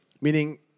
meaning